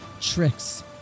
tricks